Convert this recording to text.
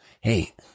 Hey